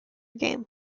game